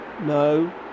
No